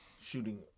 shooting